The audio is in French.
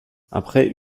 après